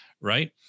right